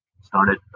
started